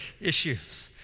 issues